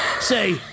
say